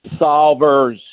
solvers